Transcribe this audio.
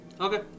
Okay